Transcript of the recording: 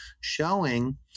showing